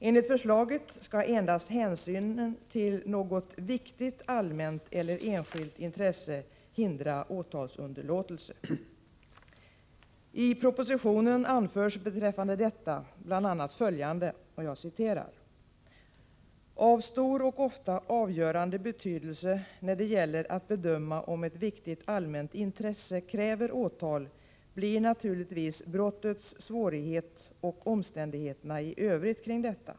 Enligt förslaget skall endast hänsynen till något viktigt allmänt eller enskilt intresse hindra åtalsunderlåtelse. I propositionen anförs beträffande detta bl.a. följande. ”Av stor och ofta avgörande betydelse när det gäller att bedöma om ett viktigt allmänt intresse kräver åtal blir naturligtvis brottets svårhet och omständigheterna i övrigt kring detta.